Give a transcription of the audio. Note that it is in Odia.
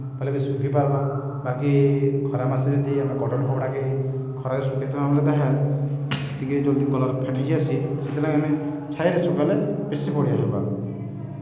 ବଏଲେ ବି ଶୁଖି ପାର୍ବା ବାକି ଖରା ମାସେ ଯଦି ଆମେ କଟନ୍ କପ୍ଡ଼ାକେ ଖରାରେ ଶୁଖେଇଥିମା ବେଲେ ତ ହେ ଟିକେ ଜଲ୍ଦି କଲର୍ ଫେଡ୍ ହେଇଯାଏସି ଛାଇରେ ଶୁଖାଲେ ବେଶୀ ବଢ଼ିଆ ହେବା